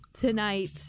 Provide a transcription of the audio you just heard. tonight